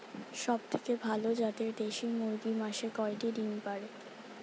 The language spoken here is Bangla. সবথেকে ভালো জাতের দেশি মুরগি মাসে কয়টি ডিম পাড়ে?